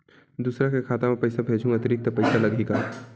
दूसरा के खाता म पईसा भेजहूँ अतिरिक्त पईसा लगही का?